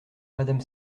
madame